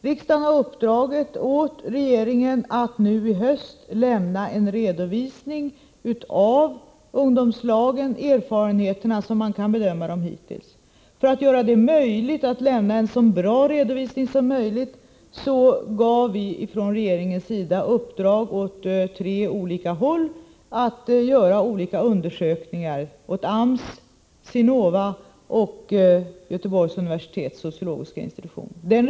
Riksdagen har uppdragit åt regeringen att nu i höst lämna en redovisning av erfarenheterna av ungdomslagen, som man kan bedöma den hittills. För att kunna lämna en så bra redovisning som möjligt gav regeringen i uppdrag åt tre olika instanser — AMS, Sinova och Göteborgs universitets sociologiska institution — att göra undersökningar.